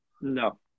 No